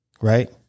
right